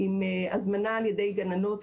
עם הזמנה על ידי גננות,